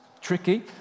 tricky